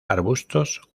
arbustos